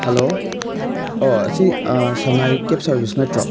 hello ꯑꯣ ꯁꯤ ꯁꯉꯥꯏ ꯀꯦꯞ ꯁꯔꯚꯤꯁ ꯅꯠꯇ꯭ꯔꯣ